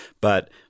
But-